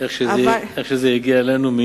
איך שזה הגיע אלינו,